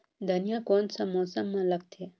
धनिया कोन सा मौसम मां लगथे?